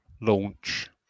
launch